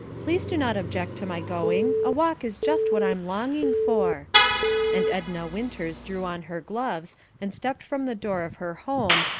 please do not object to my going, a walk is just what i'm longing for and edna winters drew on her gloves and stepped from the door of her home,